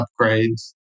upgrades